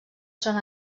són